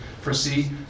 foresee